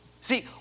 See